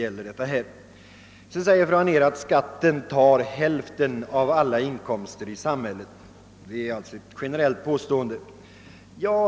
Vidare säger fru Anér, att hälften av alla inkomster i samhället går till skatt. Det är ett generellt påstående.